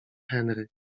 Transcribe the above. henry